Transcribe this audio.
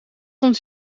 ons